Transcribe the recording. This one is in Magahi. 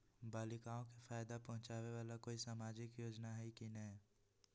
बालिकाओं के फ़ायदा पहुँचाबे वाला कोई सामाजिक योजना हइ की नय?